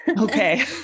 Okay